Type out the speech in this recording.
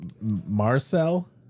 Marcel